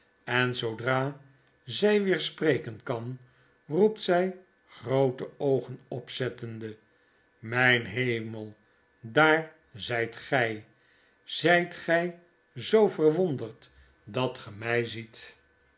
en zoodra zfl weer spreken kan roept ztf groote oogen opzettende mijn hemel daar zyt gy zyt gg zoo verwonderd dat ge my ziet